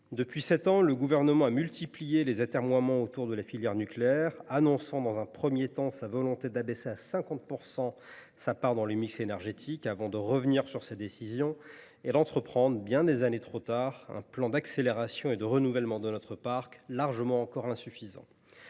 Depuis sept ans, le Gouvernement a multiplié les atermoiements autour de la filière nucléaire, annonçant, dans un premier temps, sa volonté d’abaisser à 50 % la part de cette dernière dans le mix énergétique, avant de revenir sur ses décisions et d’entreprendre, bien des années trop tard, un plan d’accélération et de renouvellement de notre parc, encore largement insuffisant.